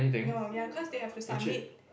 no ya cause they have to submit